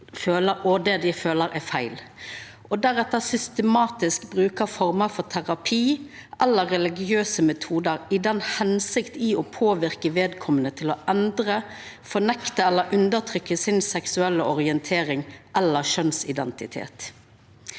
at det dei føler, er feil, og deretter systematisk bruker former for terapi eller religiøse metodar i den hensikt å påverka vedkomande til å endra, fornekta eller undertrykkja si seksuelle orientering eller kjønnsidentitet.